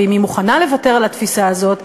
ואם היא מוכנה לוותר על התפיסה הזאת,